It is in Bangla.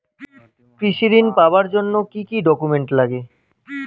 কৃষি ঋণ পাবার জন্যে কি কি ডকুমেন্ট নাগে?